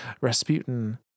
Rasputin